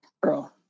girl